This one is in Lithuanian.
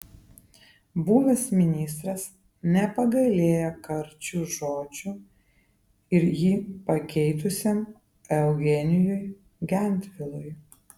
buvęs ministras nepagailėjo karčių žodžių ir jį pakeitusiam eugenijui gentvilui